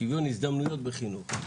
שוויון הזדמנויות בחינוך.